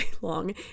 long